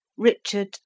Richard